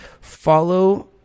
follow